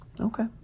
Okay